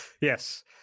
Yes